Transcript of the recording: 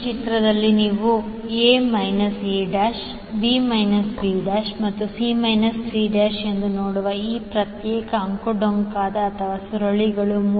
ಈಗ ಚಿತ್ರದಲ್ಲಿ ನೀವು a a'b b' ಮತ್ತು c c' ಎಂದು ನೋಡುವ ಈ ಪ್ರತ್ಯೇಕ ಅಂಕುಡೊಂಕಾದ ಅಥವಾ ಸುರುಳಿಗಳು